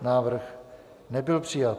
Návrh nebyl přijat.